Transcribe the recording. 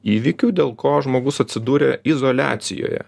įvykių dėl ko žmogus atsidūrė izoliacijoje